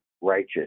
righteous